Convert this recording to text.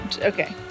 Okay